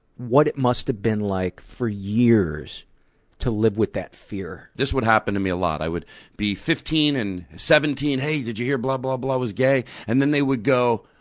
what it must have been like for years to live with that fear. this would happen to me a lot. i would be fifteen and seventeen and, hey, did you hear blah, blah, blah was gay? and then they would go,